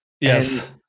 Yes